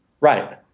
Right